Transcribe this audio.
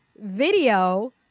video